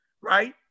right